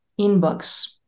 inbox